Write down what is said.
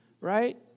Right